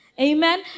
Amen